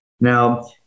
Now